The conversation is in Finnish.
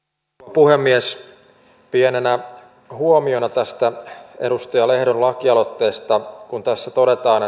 puhemies pienenä huomiona tästä edustaja lehdon lakialoitteesta kun tässä todetaan